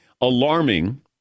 alarming